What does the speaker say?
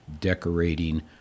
decorating